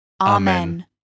Amen